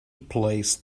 placed